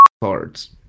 cards